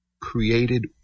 created